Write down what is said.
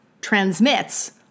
transmits